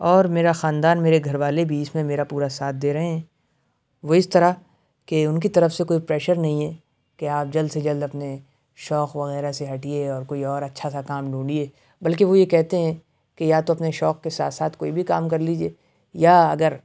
اور میرا خاندان میرے گھر والے بھی اِس میں میرا پورا ساتھ دے رہے ہیں وہ اِس طرح کہ اُن کی طرف سے کوئی پریشر نہیں ہے کہ آپ جلد سے جلد اپنے شوق وغیرہ سے ہٹئیے اور کوئی اور اچھا سا کام ڈھونڈھیے بلکہ وہ یہ کہتے ہیں کہ یا تو اپنے شوق کے ساتھ ساتھ کوئی بھی کام کر لیجیے یا اگر